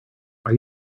are